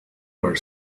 were